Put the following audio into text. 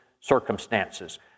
circumstances